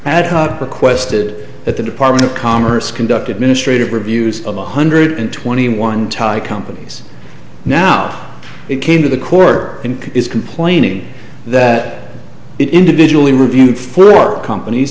ad hoc requested that the department of commerce conduct administrative reviews of one hundred twenty one type companies now it came to the court and is complaining that it individually reviewed four companies